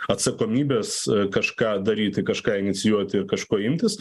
atsakomybės kažką daryti kažką inicijuoti ir kažko imtis